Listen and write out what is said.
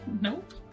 Nope